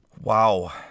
Wow